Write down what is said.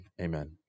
amen